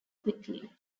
quickly